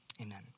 amen